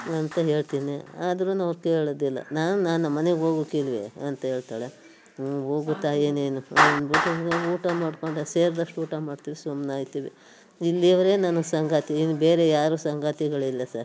ಅಂತ ಹೇಳ್ತೀನಿ ಆದರೂ ಅವ್ರು ಕೇಳೋದಿಲ್ಲ ನಾನು ನಾನು ನಮ್ಮನೆಗೆ ಹೋಗಬೇಕಿದೆ ಅಂತ ಹೇಳ್ತಾಳೆ ಹ್ಞೂ ಹೋಗು ತಾಯಿ ನೀನು ಅಂದ್ಬಿಟ್ಟು ಊಟ ಮಾಡಿಕೊಂಡು ಸೇರ್ದಷ್ಟು ಊಟ ಮಾಡ್ತೀವಿ ಸುಮ್ಮನಾಗ್ತೀವಿ ಇಲ್ಲಿಯವರೇ ನನಗೆ ಸಂಗಾತಿ ಇನ್ನು ಬೇರೆ ಯಾರು ಸಂಗಾತಿಗಳಿಲ್ಲ ಸರ್